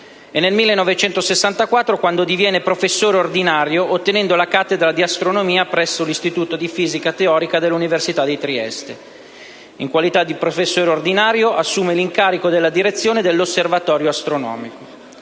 e nel 1964 diviene professore ordinario, ottenendo la cattedra di astronomia presso l'Istituto di fisica teorica dell'Università di Trieste. In qualità di professore ordinario assume l'incarico della direzione dell'Osservatorio astronomico.